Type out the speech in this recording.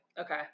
Okay